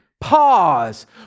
pause